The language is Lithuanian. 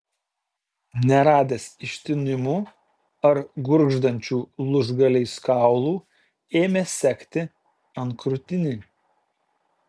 neradęs ištinimų ar gurgždančių lūžgaliais kaulų ėmė segti antkrūtinį